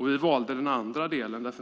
Vi valde alltså den andra delen.